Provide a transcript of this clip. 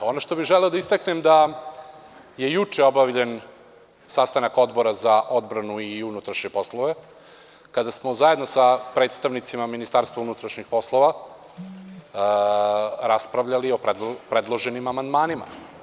Ono što bih želeo da istaknem, jeste da je juče obavljen sastanak Odbora za odbranu i unutrašnje poslove, kada smo zajedno sa predstavnicima Ministarstva unutrašnjih poslova raspravljali o predloženim amandmanima.